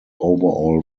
overall